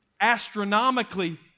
astronomically